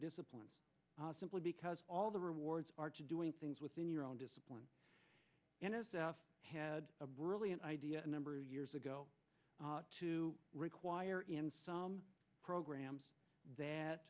disciplines simply because all the rewards are to doing things within your own discipline and had a brilliant idea a number of years ago to require in some programs